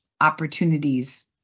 opportunities